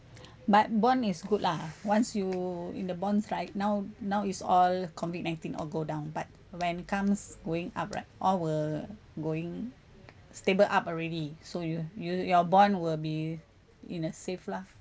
but bond is good lah once you in the bonds right now now is all COVID nineteen all go down but when comes going up right all will going stable up already so you you your bond will be in a safe lah